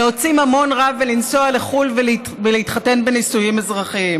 להוציא ממון רב ולנסוע לחו"ל ולהתחתן בנישואים אזרחיים.